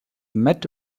met